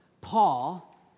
Paul